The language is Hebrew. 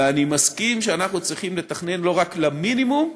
ואני מסכים שאנחנו צריכים לתכנן לא רק למינימום,